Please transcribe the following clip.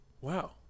Wow